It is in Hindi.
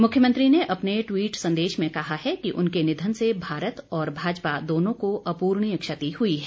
मुख्यमंत्री ने अपने टवीट संदेश में कहा है कि उनके निधन से भारत और भाजपा दोनों को अपूर्णीय क्षति हुई है